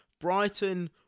Brighton